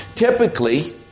Typically